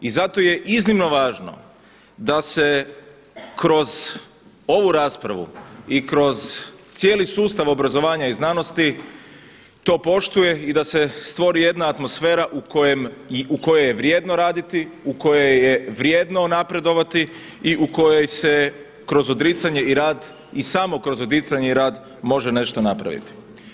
I zato je iznimno važno da se kroz ovu raspravu i kroz cijeli sustav obrazovanja i znanosti to poštuje i da se stvori jedna atmosfera u kojoj je vrijedno raditi, u kojoj je vrijedno napredovati i u kojoj se kroz odricanje i rad i samo kroz odricanje i rad može nešto napraviti.